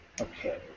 Okay